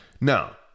Now